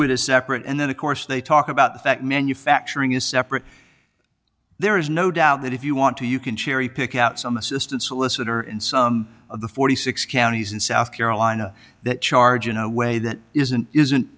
would a separate and then of course they talk about that manufacturing is separate there is no doubt that if you want to you can cherry pick out some assistant solicitor in some of the forty six counties in south carolina that charge in a way that isn't isn't